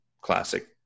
classic